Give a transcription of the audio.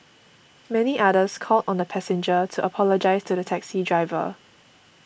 many others called on the passenger to apologise to the taxi driver